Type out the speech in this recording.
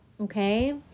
Okay